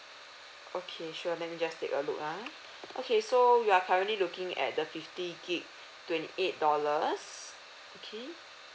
okay sure let me just take a look ah okay so you are currently looking at the fifty gigabyte twenty eight dollars okay